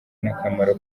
n’akamaro